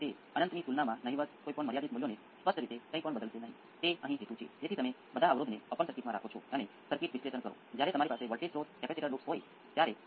તેથી હવે મને લાગે છે કે તમારો પ્રશ્ન એ છે કે અહી રીઅલ નો ઉપયોગ કેમ ન કરવો જોઈએ તે કરવામાં શું સમસ્યા છે જો તમે તે કરો છો તો તે પ્રોપર્ટીને પણ સંતોષે છે મારો મતલબ કે તે એક રેખીય પ્રણાલીમાં જાય છે અને પછી એક્સ્પોનેંસિયલ સમસ્યા શું છે ત્યાં કોઈ સમસ્યા છે